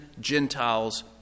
Gentiles